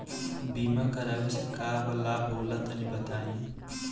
बीमा करावे से का लाभ होला तनि बताई?